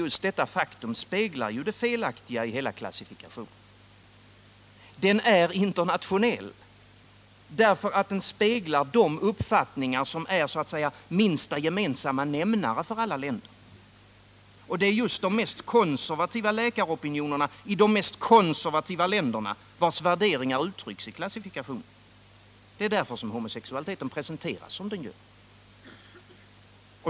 Just detta faktum speglar ju det felaktiga i hela klassifikationen. Den är internationell därför att den speglar de uppfattningar som så att säga är minsta gemensamma nämnare för alla länder. Det är just de mest konservativa läkaropinionerna i de mest konservativa länderna vars värderingar uttrycks i klassifikationen. Det är därför som homosexualiteten presenteras som den gör.